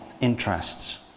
interests